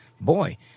boy